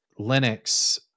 linux